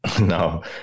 No